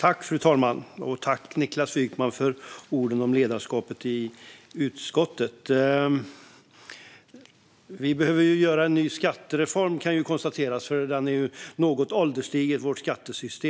Fru talman! Tack, Niklas Wykman, för orden om ledarskapet i utskottet! Vi kan konstatera att vi behöver göra en ny skattereform, för vårt skattesystem är något ålderstiget.